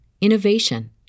innovation